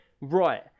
Right